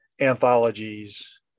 anthologies